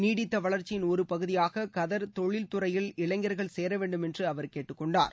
நீடித்த வளர்ச்சியின் ஒரு பகுதியாக கதர் தொழில துறையில் இளைஞர்கள் சேர வேண்டும் என்று அவர் கேட்டுக் கொண்டார்